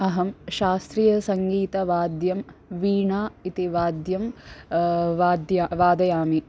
अहं शास्त्रीयसङ्गीतवाद्यं वीणा इति वाद्यं वाद्यं वादयामि